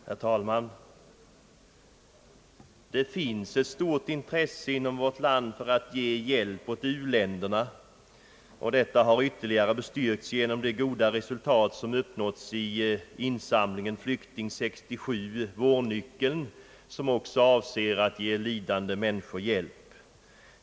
Herr talman! Det finns ett stort intresse inom vårt land för att ge hjälp åt u-länderna. Detta har ytterligare bestyrkts genom det goda resultat som uppnåtts i insamlingen Flykting 67 Vårnyckeln, som också avser att ge lidande människor hjälp.